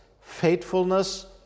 faithfulness